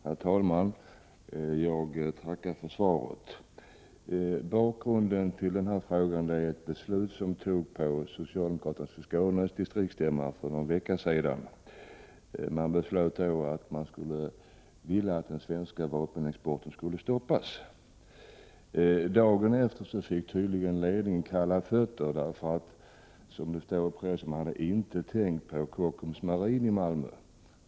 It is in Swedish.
Herr talman! Jag tackar för svaret. Bakgrunden till min fråga är ett beslut som fattades för någon vecka sedan på socialdemokraternas i Skåne distriktsstämma. Det beslöts då att man skulle verka för att den svenska vapenexporten skulle stoppas. Dagen efter fick tydligen ledningen kalla fötter, därför att — som det står i pressmeddelandet — man inte hade tänkt på Kockums Marin i Malmö.